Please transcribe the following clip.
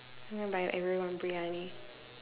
I'm gonna buy everyone Briyani